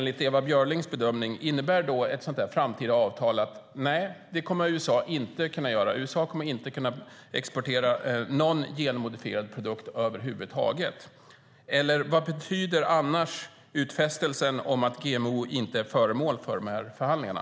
Innebär ett sådant framtida avtal, enligt Ewa Björlings bedömning, att USA inte kommer att kunna exportera någon genmodifierad produkt över huvud taget? Vad betyder annars utfästelsen om att GMO inte är föremål för förhandlingarna?